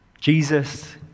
Jesus